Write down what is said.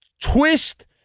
twist